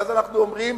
ואז אנחנו אומרים,